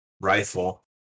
rifle